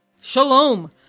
Shalom